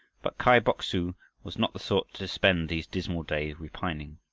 but kai bok-su was not the sort to spend these dismal days repining.